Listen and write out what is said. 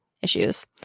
issues